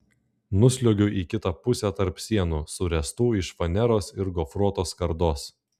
nusliuogiu į kitą pusę tarp sienų suręstų iš faneros ir gofruotos skardos